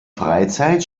freizeit